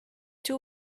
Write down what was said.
two